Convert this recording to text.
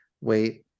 wait